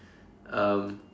um